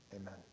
amen